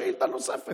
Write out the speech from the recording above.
החשד הוא שההצתה בוצעה